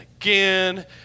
again